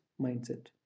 mindset